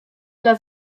dla